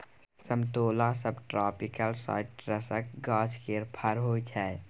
समतोला सबट्रापिकल साइट्रसक गाछ केर फर होइ छै